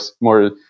more